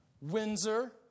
Windsor